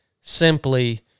simply